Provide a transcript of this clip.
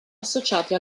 associati